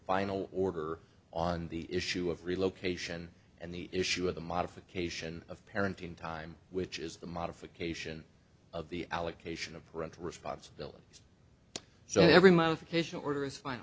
final order on the issue of relocation and the issue of the modification of parenting time which is the modification of the allocation of parental responsibilities so every mouth occasion order is fin